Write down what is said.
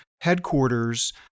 headquarters